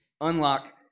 Unlock